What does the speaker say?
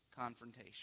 confrontation